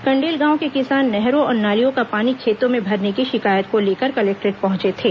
कंडेल गांव के किसान नहरों और नालियों का पानी खेतों में भरने की शिकायत को लेकर कलेक्टोरेट पहुंचे थे